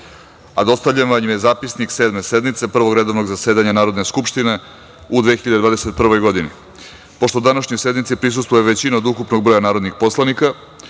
vam je zapisnik Sedme sednice Prvog redovnog zasedanja Narodne skupštine u 2021. godini. Pošto današnjoj sednici prisustvuje većina od ukupnog broja narodnih poslanika,